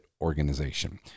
organization